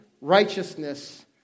righteousness